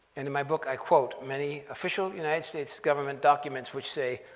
and my book, i quote many official united states government documents which say,